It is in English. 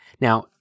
Now